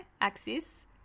Axis